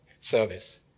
service